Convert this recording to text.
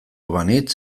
banintz